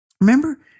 remember